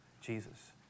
Jesus